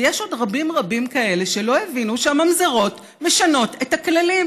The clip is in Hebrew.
ויש עוד רבים רבים כאלה שלא הבינו שהממזרות משנות את הכללים,